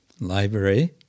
Library